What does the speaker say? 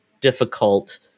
difficult